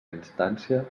instància